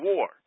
War